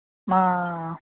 మా